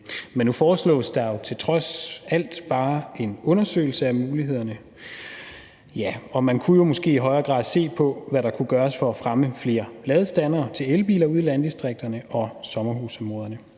Men nu foreslås der jo trods alt bare en undersøgelse af mulighederne. Og man kunne måske i højere grad se på, hvad der kunne gøres for at fremme flere ladestandere til elbiler ude i landdistrikterne og sommerhusområderne.